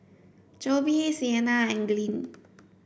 Jobe Sienna and Glynn